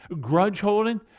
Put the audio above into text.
grudge-holding